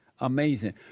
Amazing